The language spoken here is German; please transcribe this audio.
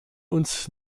uns